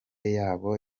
yoba